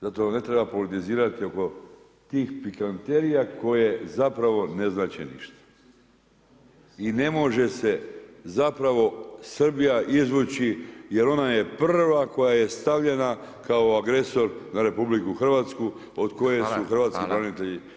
Zato ne treba politizirati oko tih pikanterija koje zapravo ne znače ništa i ne može se zapravo Srbija izvući jer ona je prva koja je stavljena kao agresor na RH od koje su hrvatski branitelji branili.